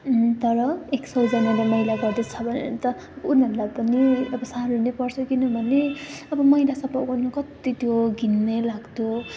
तर एक सौजनाले मैला गर्दैछ भने त उनीहरूलाई त नि अब साह्रो नै पर्छ किनभने अब मैला सफा गर्न कत्ति त्यो घिनैलाग्दो